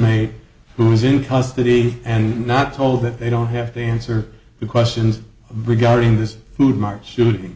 inmate who's in custody and not told that they don't have to answer the questions regarding this food market shooting